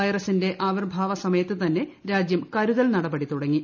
വൈറസിന്റെ ആവിർഭാവ സമയത്ത് തന്നെ രാജ്യം കരുതൽ നടപടി തുടങ്ങി